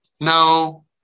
no